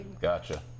gotcha